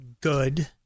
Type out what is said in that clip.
good